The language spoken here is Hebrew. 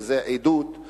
שזו עדות ישירה,